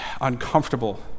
uncomfortable